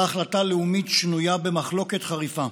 החלטה לאומית שנויה במחלוקת חריפה.